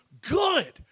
Good